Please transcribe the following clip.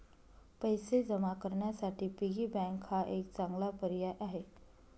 पैसे जमा करण्यासाठी पिगी बँक हा एक चांगला पर्याय आहे